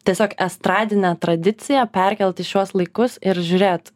tiesiog estradinę tradiciją perkelt į šiuos laikus ir žiūrėt